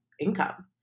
income